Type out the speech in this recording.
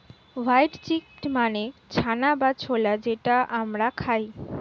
white chickpea মানে চানা বা ছোলা যেটা আমরা খাই